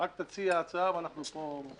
רק תציע הצעה ואנחנו פה.